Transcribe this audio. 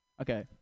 Okay